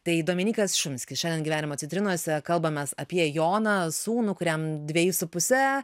tai dominykas šumskis šiandien gyvenimo citrinose kalbamės apie joną sūnų kuriam dveji su puse